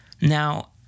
Now